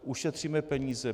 Ušetříme peníze.